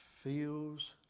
Feels